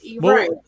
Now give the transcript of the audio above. Right